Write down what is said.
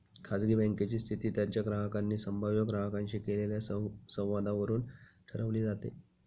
खाजगी बँकेची स्थिती त्यांच्या ग्राहकांनी संभाव्य ग्राहकांशी केलेल्या संवादावरून ठरवली जाते